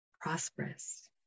prosperous